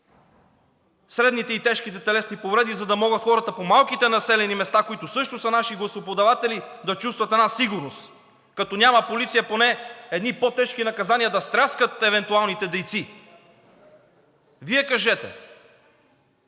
средните и тежките телесни повреди, за да могат хората по малките населени места, които са също наши гласоподаватели, да чувстват една сигурност? Като няма полиция, поне едни по-тежки наказания да стряскат евентуалните дейци! Вие кажете!